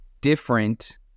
different